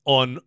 on